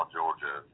Georgia